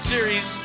Series